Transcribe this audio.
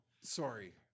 sorry